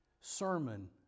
sermon